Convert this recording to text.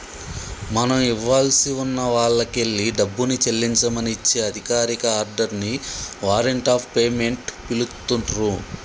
మనం ఇవ్వాల్సి ఉన్న వాల్లకెల్లి డబ్బుని చెల్లించమని ఇచ్చే అధికారిక ఆర్డర్ ని వారెంట్ ఆఫ్ పేమెంట్ పిలుత్తున్రు